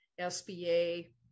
SBA